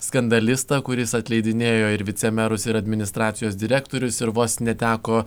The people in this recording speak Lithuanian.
skandalistą kuris atleidinėjo ir vicemerus ir administracijos direktorius ir vos neteko